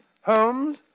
Holmes